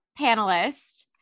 panelist